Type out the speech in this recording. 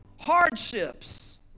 hardships